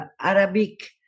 Arabic